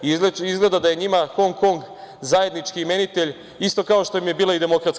Izgleda je njima Hong Kong zajednički imenitelj, isto kao što je bila DS.